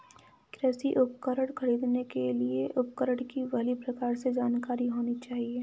कृषि उपकरण खरीदने के लिए उपकरण की भली प्रकार से जानकारी होनी चाहिए